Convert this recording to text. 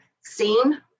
seen